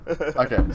Okay